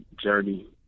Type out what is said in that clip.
journey